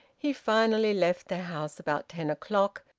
he finally left their house about ten o'clock,